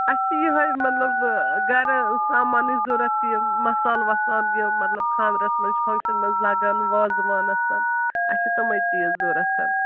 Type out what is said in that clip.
اَسہِ چھِ یِہے مطلب گَرٕ سامانٕچ ضوٚرَتھ یِم مصالہٕ وصال یہِ مطلب خانٛدرَس منٛز چھِ فَنٛگشَن منٛز لَگَن وازٕوانَس اَسہِ چھِ تٕمَے چیٖز ضوٚرَتھ